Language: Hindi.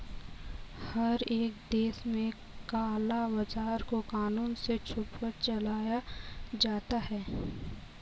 हर एक देश में काला बाजार को कानून से छुपकर चलाया जाता है